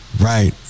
right